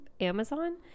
Amazon